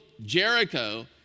Jericho